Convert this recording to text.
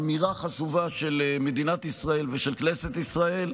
אמירה חשובה של מדינת ישראל ושל כנסת ישראל.